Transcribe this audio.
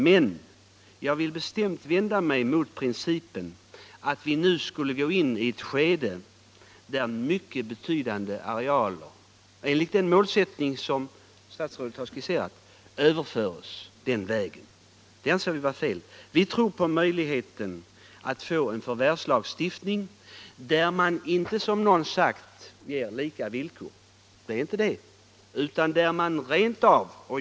Men jag vill bestämt vända mig mot att vi nu skulle gå in i ett skede, där mycket betydande arealer enligt vad statsrådet har skisserat överförs till staten. Det anser vi vara fel. Vi tror på möjligheten av att få en förvärvslagstiftning där man inte, som någon sagt, skapar lika villkor för alla.